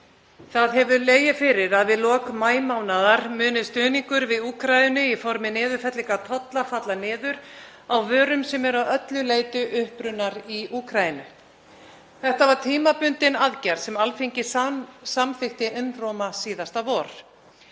Það hefur legið fyrir að við lok maímánaðar muni stuðningur við Úkraínu í formi niðurfellingar tolla falla niður á vörum sem eru að öllu leyti upprunnar í Úkraínu. Þetta var tímabundin aðgerð sem Alþingi samþykkti einróma síðasta vor.